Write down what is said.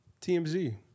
TMZ